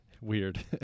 weird